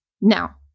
Now